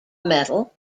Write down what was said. metal